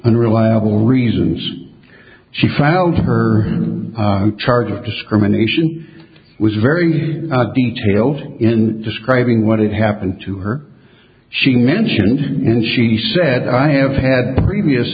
unreliable reasons she filed her own charge of discrimination was very detailed in describing what happened to her she mentioned and she said i have had previous